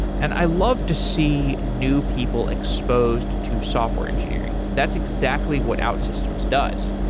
and i love to see new people exposed to software engineering. that's exactly what outsystems does.